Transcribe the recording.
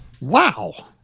Wow